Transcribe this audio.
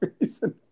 reason